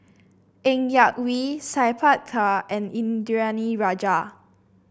Ng Yak Whee Sat Pal Khattar and Indranee Rajah